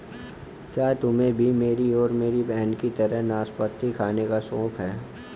क्या तुम्हे भी मेरी और मेरी बहन की तरह नाशपाती खाने का शौक है?